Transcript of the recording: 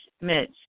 Mitch